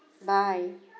bye